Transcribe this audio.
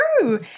true